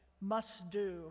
must-do